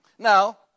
Now